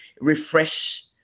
refresh